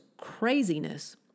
craziness